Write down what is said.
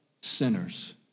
sinners